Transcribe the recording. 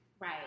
Right